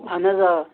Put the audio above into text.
اَہن حظ آ